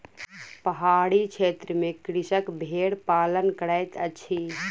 पहाड़ी क्षेत्र में कृषक भेड़ पालन करैत अछि